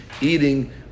eating